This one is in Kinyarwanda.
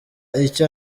icyo